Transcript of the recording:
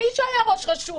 כמי שהיה ראש רשות.